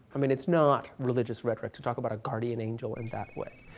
i mean, it's not religion reference to talk about a guardian angel in that way.